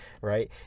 right